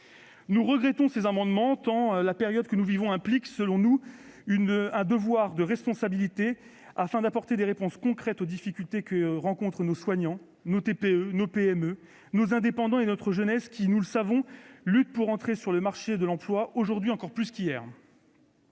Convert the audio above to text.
nous regrettons ces mesures, tant la période que nous vivons implique, selon nous, un devoir de responsabilité afin d'apporter des réponses concrètes aux difficultés rencontrées par nos soignants, nos TPE, nos PME, nos indépendants et notre jeunesse, laquelle, nous le savons, lutte pour entrer sur le marché de l'emploi aujourd'hui encore plus qu'hier.